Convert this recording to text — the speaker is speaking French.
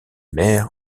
mère